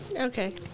Okay